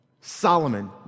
Solomon